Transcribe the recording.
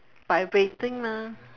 vibrating lah